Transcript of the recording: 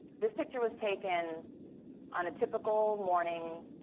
this picture was taken on a typical morning.